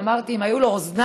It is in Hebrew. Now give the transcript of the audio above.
ואמרתי: אם היו לו אוזניים,